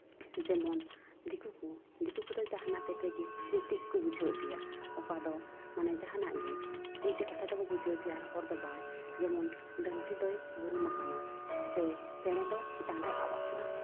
ᱡᱮᱢᱚᱱ ᱫᱤᱠᱩ ᱠᱚ ᱫᱤᱠᱩ ᱠᱚᱫᱚ ᱡᱟᱦᱟᱱᱟᱜ ᱠᱷᱮᱛᱛᱨᱮ ᱜᱮ ᱢᱤᱫᱴᱮᱡ ᱠᱚ ᱵᱩᱡᱷᱟᱹᱣ ᱦᱚᱪᱚᱭᱟ ᱚᱠᱟᱫᱚ ᱢᱟᱱᱮ ᱡᱟᱦᱟᱱᱟᱜ ᱜᱮ ᱢᱤᱫᱴᱮᱡ ᱠᱟᱛᱷᱟ ᱛᱮᱠᱚ ᱵᱩᱡᱷᱟᱹᱣ ᱦᱚᱪᱚᱭᱟ ᱟᱨ ᱦᱚᱲ ᱫᱚ ᱵᱟᱝ ᱡᱮᱢᱚᱱ ᱰᱟᱹᱝᱨᱤ ᱫᱚᱭ ᱵᱩᱨᱩᱢ ᱠᱟᱱᱟ ᱥᱮ ᱪᱮᱬᱮ ᱫᱚ ᱪᱮᱛᱟᱱ ᱨᱮ ᱟᱵ ᱠᱟᱱᱟᱭ